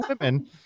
women